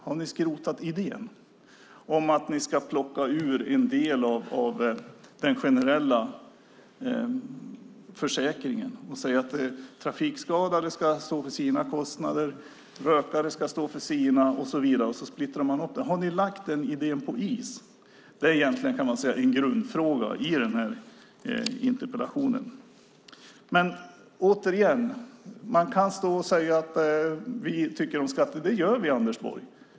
Har ni skrotat idén om att ni ska plocka ut en del av den generella försäkringen och säga att trafikskadade ska stå för sina kostnader och rökare för sina och splittra det? Har ni lagt den idén på is? Det är egentligen en grundfråga, kan man säga, i denna interpellation. Man kan stå och säga att vi tycker om skatter. Det gör vi, Anders Borg.